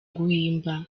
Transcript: guhimba